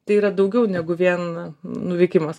tai yra daugiau negu vien nuvykimas